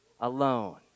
alone